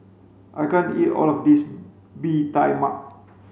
I can't eat all of this bee tai mak